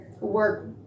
work